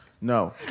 No